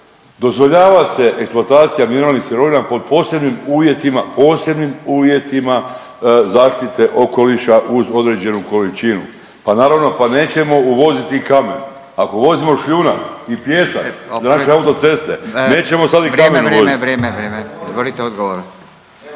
dozvoljava se eksploatacija mineralnih sirovina pod posebnim uvjetima, posebnim uvjetima zaštite okoliša uz određenu količinu. Pa naravno pa nećemo uvoziti kamen, ako uvozimo šljunak i pijesak za naše autoceste nećemo sad …/Upadica: Vrijeme, vrijeme, vrijeme./… i kamen